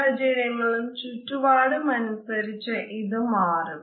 സാഹചര്യങ്ങളും ചുറ്റുപാടുo അനുസരിച്ച് ഇത് മാറും